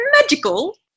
magical